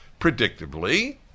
Predictably